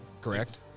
correct